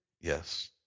Yes